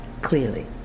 clearly